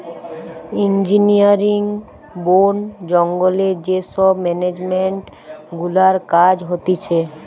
engineering, বোন জঙ্গলে যে সব মেনেজমেন্ট গুলার কাজ হতিছে